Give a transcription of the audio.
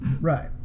Right